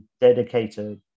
dedicated